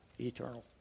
eternal